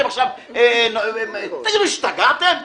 תגידו לי, השתגעתם?